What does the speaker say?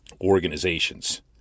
organizations